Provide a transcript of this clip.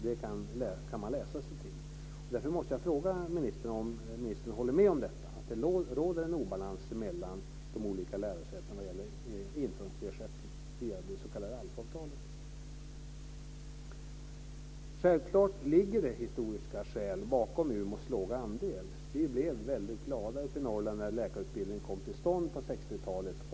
Det kan man läsa sig till. Därför måste jag fråga om ministern håller med om att det råder en obalans mellan de olika lärosätena vad gäller intrångsersättning via det s.k. ALF-avtalet. Självklart finns det historiska skäl bakom Umeås låga andel. Vi blev väldigt glada uppe i Norrland när läkarutbildningen kom till stånd på 60-talet.